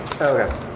Okay